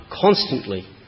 constantly